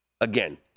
Again